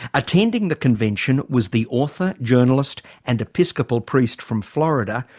attending the convention was the author, journalist and episcopal priest from florida,